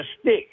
stick